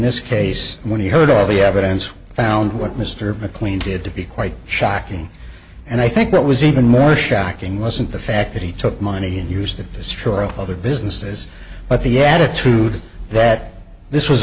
this case when he heard all the evidence found what mr mcqueen did to be quite shocking and i think that was even more shocking wasn't the fact that he took money and use that destroyed other businesses but the attitude that this was